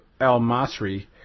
al-Masri